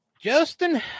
Justin